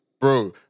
bro